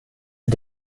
sie